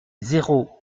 zéro